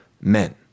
men